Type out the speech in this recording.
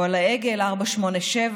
או על העגל 487,